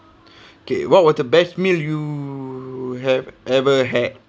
okay what was the best meal you have ever had